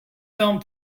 film